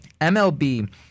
MLB